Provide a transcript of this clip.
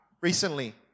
recently